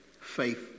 Faith